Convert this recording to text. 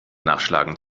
nachschlagen